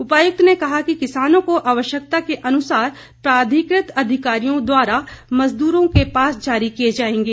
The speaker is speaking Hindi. उपायुक्त ने कहा कि किसानों को आवश्यकता के अनुसार प्राधिकृत अधिकारियों द्वारा मजदूरों के पास जारी किए जाएंगे